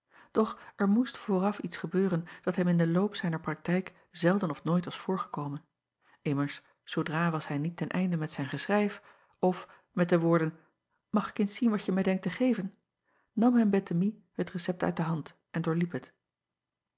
doch er moest vooraf iets gebeuren dat hem in den loop zijner praktijk zelden of nooit was voorgekomen mmers zoodra was hij niet ten einde met zijn geschrijf of met de woorden mag ik eens zien wat je mij denkt te geven nam hem ettemie het recept uit de hand en doorliep het